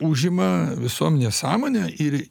užima visuomenės sąmonę ir